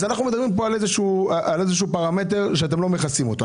אנחנו מדברים על פרמטר שאתם לא מכסים אותו.